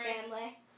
family